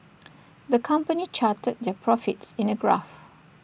the company charted their profits in A graph